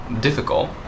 difficult